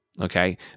okay